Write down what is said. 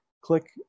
click